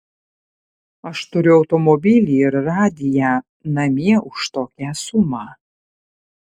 aš turiu automobilį ir radiją namie už tokią sumą